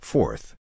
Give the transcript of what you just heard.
Fourth